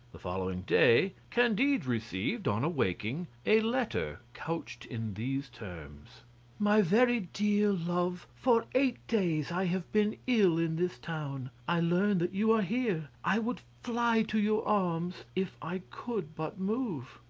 the following day candide received, on awaking, a letter couched in these terms my very dear love, for eight days i have been ill in this town. i learn that you are here. i would fly to your arms if i could but move.